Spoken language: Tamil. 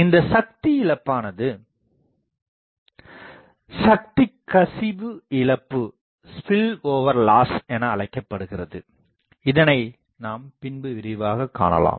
இந்தச் சக்தி இழப்பானது சக்தி கசிவுஇழப்பு எனஅழைக்கப்படுகிறது இதனைப்பற்றி நாம் பின்பு விரிவாகக் காணலாம்